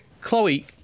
Chloe